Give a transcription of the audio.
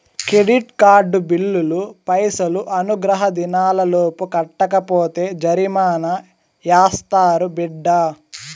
credit card బిల్లులు పైసలు అనుగ్రహ దినాలలోపు కట్టకపోతే జరిమానా యాస్తారు బిడ్డా